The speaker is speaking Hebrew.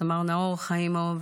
סמ"ר נאור חיימוב